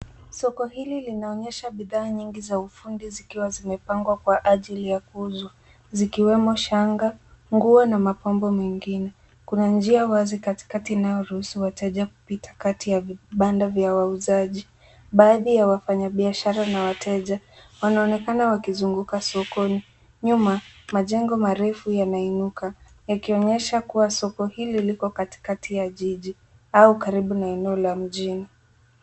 Soko hili linaonyesha bidhaa nyingi za ufundi zikiwa zimepangwa kwa ajili ya kuuzwa, zikiwemo shanga, nguo na mapambo mengine. Kuna njia wazi katikati inayoruhusu wateja kupita kati ya vibanda ya wauzaji. Baadhi ya wanfanya biahshara na wateja wanaonekana wakizunguka sokoni. Nyuma, majengo marefu yanainuka, yakionyesha kuwa soko hili liko katika jiji au karibu na maeneo ya mjini.